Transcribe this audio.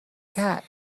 cat